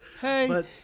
hey